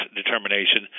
determination